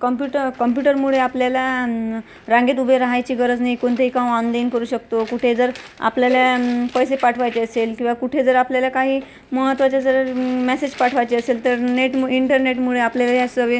computer कम्प्यूटरमुळे आपल्याला न् रांगेत उभे राहायची गरज नाही कोणतेही काम ऑनलाईन करू शकतो कुठेही जर आपल्याला पैसे पाठवायचे असेल किंवा कुठे जर आपल्याला काही महत्त्वाचे जर मॅसेज पाठवायचे असेल तर नेटमु इंटरनेटमुळे आपल्याला या सवे